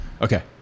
Okay